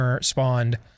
spawned